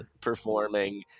performing